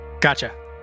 Gotcha